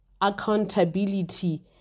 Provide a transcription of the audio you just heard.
accountability